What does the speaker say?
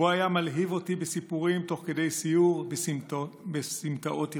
והוא היה מלהיב אותי בסיפורים תוך כדי סיור בסמטאות ירושלים.